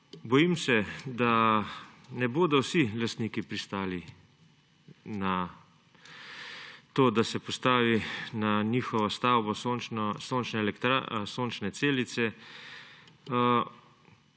Bojim se, da ne bodo vsi lastniki pristali na to, da se postavi na njihovo stavbo sončne celice.